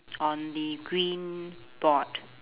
on the green board